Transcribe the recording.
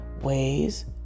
ways